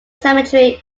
cemetery